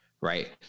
right